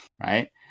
right